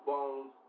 Bones